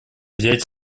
взять